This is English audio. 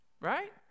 right